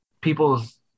people's